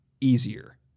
easier